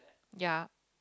ya